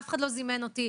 אף אחד לא זימן אותי,